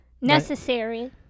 Necessary